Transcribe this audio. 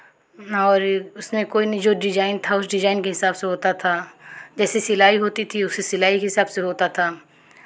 और उसने कोई नई जो डिज़ाइन था उस डिज़ाइन के हिसाब से होता था जैसे सिलाई होती थी उसी सिलाई के हिसाब से होता था